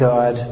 God